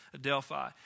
Delphi